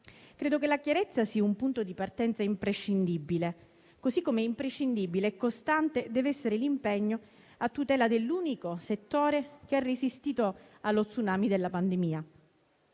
Credo che la chiarezza sia un punto di partenza imprescindibile, così come imprescindibile e costante deve essere l'impegno a tutela dell'unico settore che ha resistito allo tsunami della pandemia.